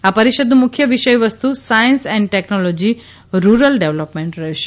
આ પરિષદનું મુખ્ય વિષયવસ્તુ science and technology rural development રહેશે